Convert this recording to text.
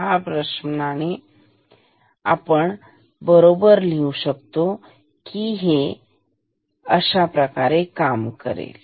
तर अशाप्रकारे हे काम करेल